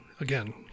again